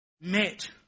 met